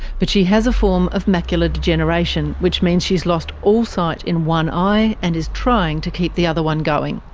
but she has a form of macular degeneration which means she has lost all sight in one eye and is trying to keep the other one going.